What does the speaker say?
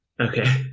Okay